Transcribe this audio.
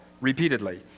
repeatedly